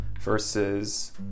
versus